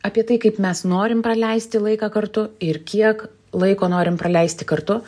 apie tai kaip mes norim praleisti laiką kartu ir kiek laiko norim praleisti kartu